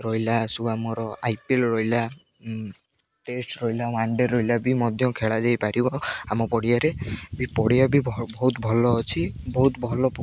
ରହିଲା ସୁୁ ଆମର ଆଇ ପି ଏଲ୍ ରହିଲା ଟେଷ୍ଟ ରହିଲା ୱାନ୍ ଡ଼େ ରହିଲା ବି ମଧ୍ୟ ଖେଳା ଯାଇପାରିବ ଆମ ପଡ଼ିଆରେ ବି ପଡ଼ିଆ ବି ବହୁତ ଭଲ ଅଛି ବହୁତ ଭଲ